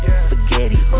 spaghetti